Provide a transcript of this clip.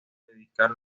dedicar